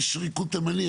יש ריקוד תימני.